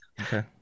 okay